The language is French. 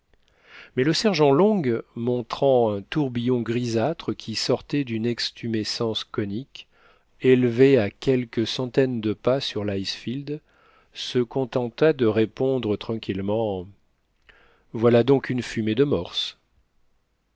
mais le sergent long montrant un tourbillon grisâtre qui sortait d'une extumescence conique élevée à quelques centaines de pas sur l'icefield se contenta de répondre tranquillement voilà donc une fumée de morses